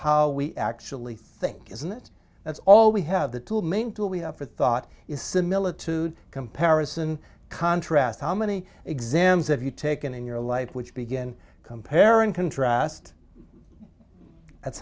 how we actually think isn't it that's all we have the two main tool we have for thought is similitude comparison contrast how many exams have you taken in your life which begin compare and contrast that's